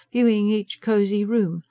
viewing each cosy room,